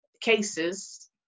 cases